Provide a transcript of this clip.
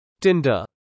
tinder